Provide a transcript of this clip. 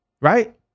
right